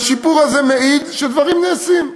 והשיפור הזה מעיד שדברים נעשים,